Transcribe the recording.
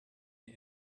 mir